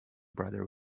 brother